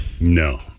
No